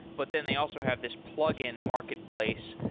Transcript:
but then they also have this plug-in marketplace.